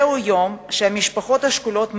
זהו יום שהמשפחות השכולות מגיעות,